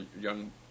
young